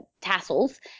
tassels